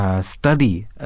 Study